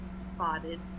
spotted